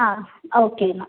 ആ ഓക്കെ എന്നാൽ